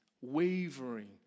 wavering